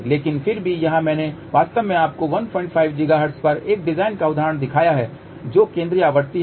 लेकिन फिर भी यहां मैंने वास्तव में आपको 15 गीगाहर्ट्ज पर एक डिजाइन का उदाहरण दिखाया है जो केंद्रीय आवृत्ति है